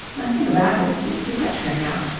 nothing about him seemed to touch her now,